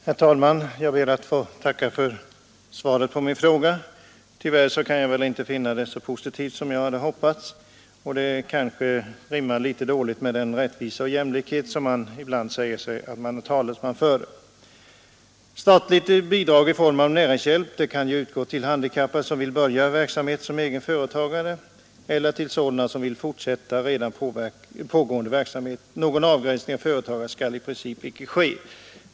Herr talman! Jag ber att få tacka för svaret på min enkla fråga. Tyvärr kan jag inte finna något positivt i detta svar, som jag tycker rimmar dåligt med den rättvisa och jämlikhet som man i dag säger sig vara talesman för. Statligt bidrag i form av näringshjälp kan utgå till handikappad, som vill börja verksamhet som egen företagare, eller till sådana som vill fortsätta redan pågående verksamhet. Någon avgränsning av denna företagarkategori skall i princip inte ske.